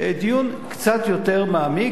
דיון קצת יותר מעמיק.